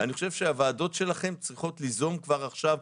אני חושב שהוועדות צריכות ליזום כבר עכשיו,